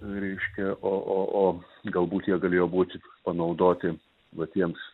reiškia o o o galbūt jie galėjo būti panaudoti va tiems